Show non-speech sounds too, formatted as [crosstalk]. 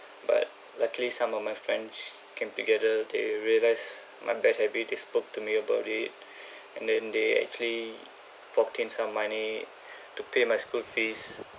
but luckily some of my friends came together they realised my bad habit they spoke to me about it [breath] and then they actually forked in some money [breath] to pay my school fees